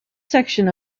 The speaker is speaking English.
section